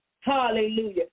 Hallelujah